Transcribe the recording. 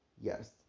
Yes